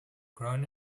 grown